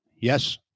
Yes